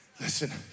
listen